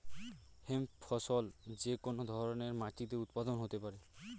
hemp ফসল যে কোন ধরনের মাটিতে উৎপাদন হতে পারে